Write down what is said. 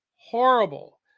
horrible